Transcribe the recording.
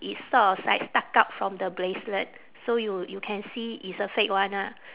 it's sort of like stuck out from the bracelet so you you can see it's a fake one ah